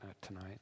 tonight